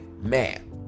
man